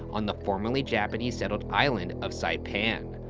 on the formerly japanese-settled island of saipan,